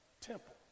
temple